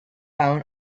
town